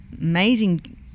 amazing